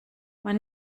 man